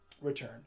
return